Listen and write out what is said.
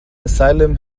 asylum